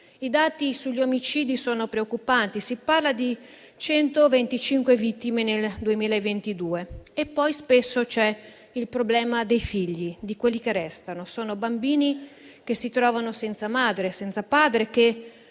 I dati sugli omicidi sono preoccupanti: si parla di 125 vittime nel 2022. E poi spesso c'è il problema dei figli, di quelli che restano: sono bambini che si trovano senza madre e senza padre - che,